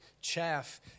chaff